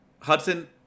hudson